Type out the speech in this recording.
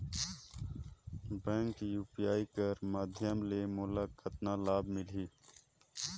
Bank UPI कर माध्यम ले मोला कतना लाभ मिली?